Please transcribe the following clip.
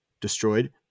destroyed